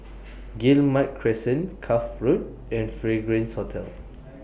Guillemard Crescent Cuff Road and Fragrance Hotel